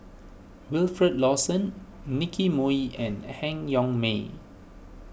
Wilfed Lawson Nicky Moey and Han Yong May